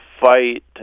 fight